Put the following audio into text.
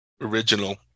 original